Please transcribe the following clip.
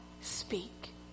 speak